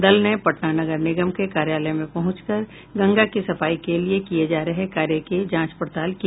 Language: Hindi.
दल ने पटना नगर निगम के कार्यालय में पहुंचकर गंगा की सफाई के लिये किये जा रहे कार्य की जांच पड़ताल की